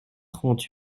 trente